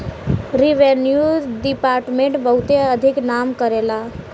revenue department बहुते अधिक नाम करेला